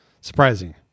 surprising